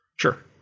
sure